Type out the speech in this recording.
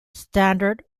standard